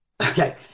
Okay